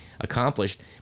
accomplished